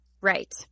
Right